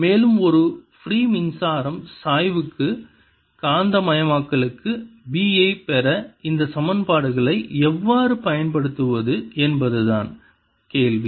மேலும் ஒரு ஃப்ரீ மின்சாரம் சாய்வு காந்தமயமாக்கலுக்கு B ஐப் பெற இந்த சமன்பாடுகளை எவ்வாறு பயன்படுத்துவது என்பதுதான் கேள்வி